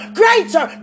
greater